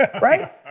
right